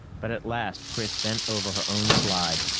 but at last chris bent over her own slide.